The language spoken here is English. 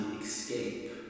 escape